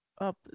up